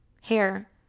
hair